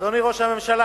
אדוני ראש הממשלה,